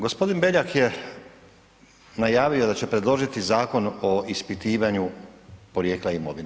Gospodin Beljak je najavio da će predložiti Zakon o ispitivanju porijekla imovine.